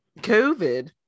COVID